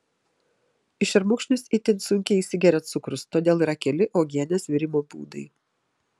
į šermukšnius itin sunkiai įsigeria cukrus todėl yra keli uogienės virimo būdai